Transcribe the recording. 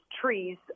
trees